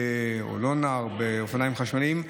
או לא נער, באופניים חשמליים.